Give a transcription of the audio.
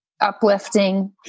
uplifting